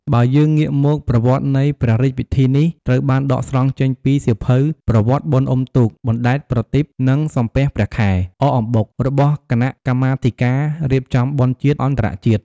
បើយើងងាកមក ប្រវត្តិនៃព្រះរាជពិធីនេះ ត្រូវបានដកស្រង់ចេញពី សៀវភៅ «ប្រវត្តិបុណ្យអ៊ំុទូក បណ្តែតប្រទីប និងសំពះព្រះខែ អកអំបុក» របស់គណៈកម្មាធិការ រៀបចំបុណ្យជាតិ អន្តរជាតិ។